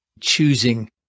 choosing